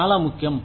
చాలా ముఖ్యం